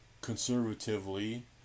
conservatively